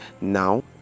Now